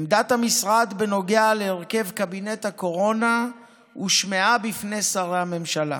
עמדת המשרד בנוגע להרכב קבינט הקורונה הושמעה בפני שרי הממשלה.